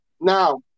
Now